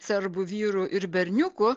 serbų vyrų ir berniukų